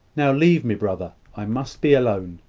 now leave me, brother. i must be alone.